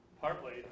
partly